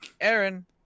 Aaron